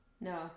No